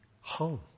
home